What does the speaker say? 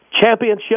championship